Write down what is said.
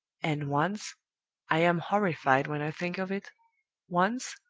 and once i am horrified when i think of it once,